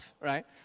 right